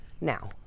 Now